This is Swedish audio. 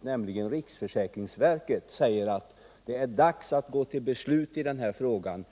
nämligen riksförsäkringsverket, säger att det är dags att gå till beslut i denna fråga.